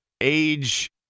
age